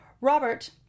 Robert